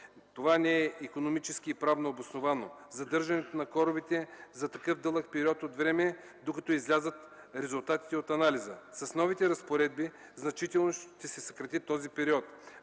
Не е икономически и правно обосновано задържането на кораба за толкова дълъг период, докато излязат резултатите от анализа. С новите разпоредби значително ще се съкрати този период.